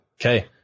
Okay